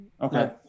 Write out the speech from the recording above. Okay